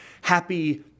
happy